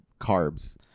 carbs